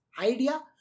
idea